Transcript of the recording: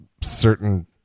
certain